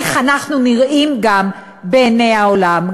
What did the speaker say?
איך אנחנו נראים גם בעיני העולם,